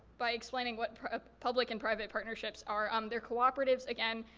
by explaining what public and private partnerships are. um they're cooperatives, again,